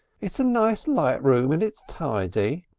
it's a nice light room when it's tidy.